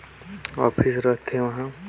पानी के बिल पटाय बार कहा जाना पड़थे?